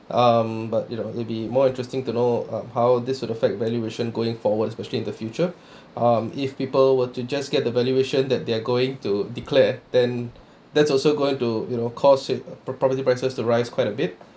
um but you know it'll be more interesting to know uh how this would affect valuation going forwards especially in the future um if people were to just get the valuation that they are going to declare then that's also going to you know cause property prices to rise quite a bit